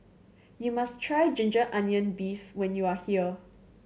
you must try ginger onion beef when you are here